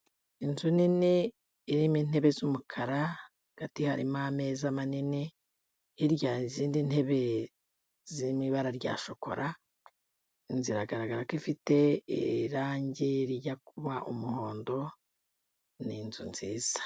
Inzu nini irimo intebe z'umukara hagati harimo ameza manini, hirya hari izindi ntebe zirimo ibara rya shokora, inzu iragaragara ko ifite irangi rijya kuba umuhondo, ni inzu nziza.